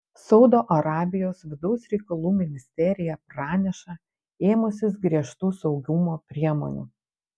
saudo arabijos vidaus reikalų ministerija praneša ėmusis griežtų saugumo priemonių